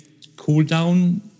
cooldown